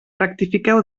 rectifiqueu